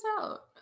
out